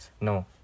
No